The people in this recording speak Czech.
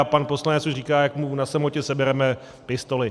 A pan poslanec už říká, jak mu na samotě sebereme pistoli.